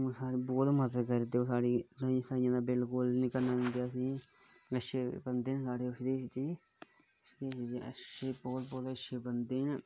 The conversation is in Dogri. बहुत मदद करदे न ड़े अच्छे बंदे न ओह् सुदेश जी बहुतअच्छे बंदे न